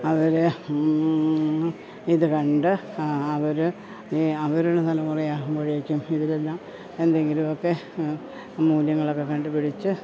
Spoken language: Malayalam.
അവർ ഇതു കണ്ട് അവർ ഈ അവരുടെ തലമുറയാകുമ്പോഴേക്കും ഇതിലെല്ലാം എന്തെങ്കിലുമൊക്കെ മൂല്യങ്ങളൊക്കെ കണ്ടു പിടിച്ച്